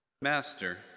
Master